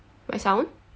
my sound